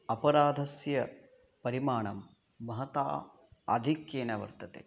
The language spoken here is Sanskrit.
अपराधस्य परिमाणं महता आधिक्येन वर्तते